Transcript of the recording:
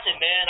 man